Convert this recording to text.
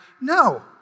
No